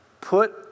Put